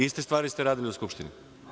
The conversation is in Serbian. Iste stvari ste radili u Skupštini.